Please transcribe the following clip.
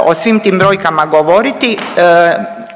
o svim tim brojkama govoriti